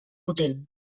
potent